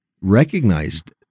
recognized